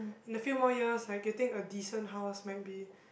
in a few more years like getting a decent house might be